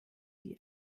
die